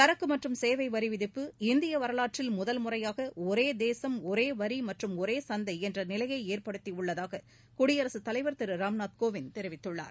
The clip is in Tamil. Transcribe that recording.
சரக்கு மற்றும் சேவை வரி விதிப்பு இந்திய வரலாற்றில் முதல்முறையாக ஒரே தேசம் ஒரே வரி மற்றும் ஒரே சந்தை என்ற நிலையை ஏற்படுத்தியுள்ளதாக குடியரசுத் தலைவர் திரு ராம்நாத் கோவிந்த் தெரிவித்துள்ளார்